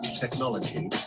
technology